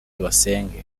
basenge